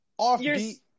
offbeat